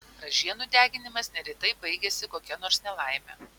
ražienų deginimas neretai baigiasi kokia nors nelaime